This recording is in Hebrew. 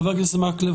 חבר הכנסת מקלב,